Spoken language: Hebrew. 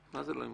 מה זה "לא נמחק"?